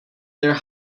their